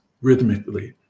rhythmically